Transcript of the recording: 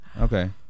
Okay